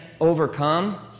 overcome